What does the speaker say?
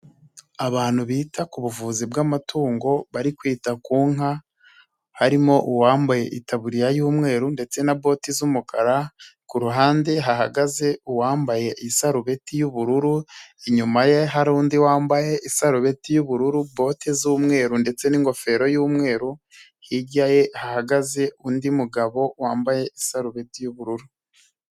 Abantu bita ku buvuzi bw'amatungo bari kwita ku nka harimo uwambaye itaburiya y'umweru, ndetse na boti z'umukara ku ruhande hahagaze uwambaye isarubeti y'ubururu, inyuma ye hari undi wambaye isarubeti y'ubururu bote z'umweru ndetse n'ingofero y'umweru, hirya ye ahagaze undi mugabo wambaye isarubeti y'ubururu.